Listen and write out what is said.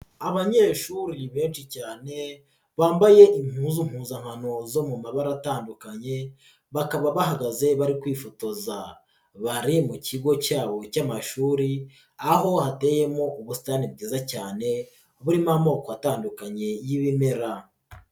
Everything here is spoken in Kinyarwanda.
Abanyeshuri ni benshi cyane bambaye impuzu mpuzakano zo mu mabara atandukanye, bakaba bahagaze bari kwifotoza, bari mu kigo cyabo cy'amashuri aho hateyemo ubusitani bwiza cyane burimo amoko atandukanye y'ibimera.